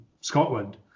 Scotland